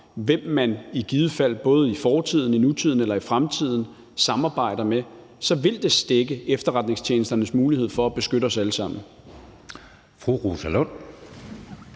hvem man i givet fald både i fortiden, i nutiden eller i fremtiden samarbejder med, så vil det stække efterretningstjenesternes mulighed for at beskytte os alle sammen.